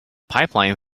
pipeline